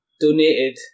donated